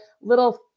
little